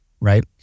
right